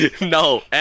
No